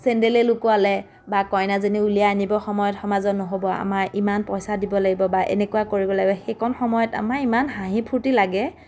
চেন্দেলেই লুকুৱালে বা কইনাজনী উলিয়াই আনিবৰ সময়ত সমাজত নহ'ব আমাক ইমান পইচা দিব লাগিব বা এনেকুৱা কৰিব লাগিব সেইকণ সময়ত আমাৰ ইমান হাঁহি ফূৰ্তি লাগে